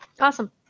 Awesome